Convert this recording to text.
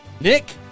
Nick